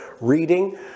reading